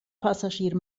passagier